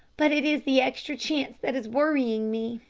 but it is the extra chance that is worrying me.